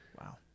Wow